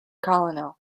colonel